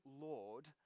Lord